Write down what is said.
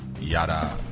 yada